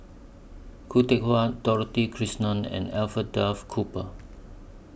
Khoo Teck Puat Dorothy Krishnan and Alfred Duff Cooper